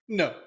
no